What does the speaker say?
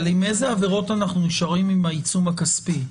אבל עם אילו עבירות אנחנו נשארים עם העיצום הכספי?